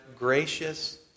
gracious